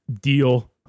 Deal